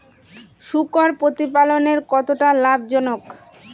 শূকর প্রতিপালনের কতটা লাভজনক?